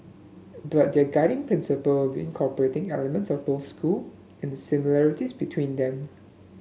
but their guiding principle will incorporating elements of both school and the similarities between them